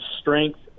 strength